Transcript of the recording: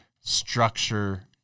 structure